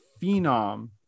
phenom